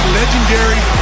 legendary